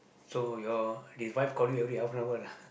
so your this wife call you every half an hour lah